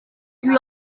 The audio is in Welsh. dim